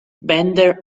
bender